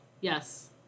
Yes